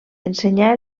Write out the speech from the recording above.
ensenyà